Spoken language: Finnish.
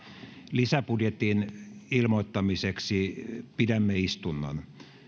lisäbudjetin ilmoittamiseksi pidämme istunnon